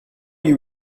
you